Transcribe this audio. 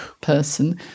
person